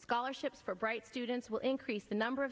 scholarships for bright students will increase the number of